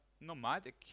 nomadic